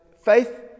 faith